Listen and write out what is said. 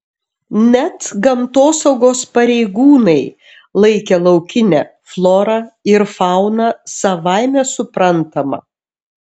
net gamtosaugos pareigūnai laikė laukinę florą ir fauną savaime suprantama